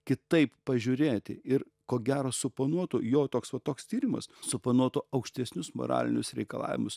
kitaip pažiūrėti ir ko gero suponuotų jo toks va toks tyrimas suponuotų aukštesnius moralinius reikalavimus